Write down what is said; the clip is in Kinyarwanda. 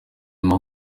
mama